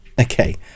okay